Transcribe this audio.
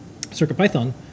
CircuitPython